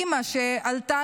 אימא שעלתה